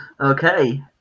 Okay